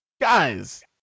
Guys